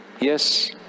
Yes